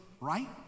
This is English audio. Right